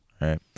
right